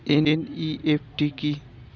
NEFT কি?